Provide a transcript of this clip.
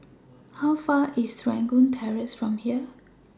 How Far away IS Serangoon Terrace from here